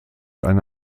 eine